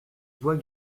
bois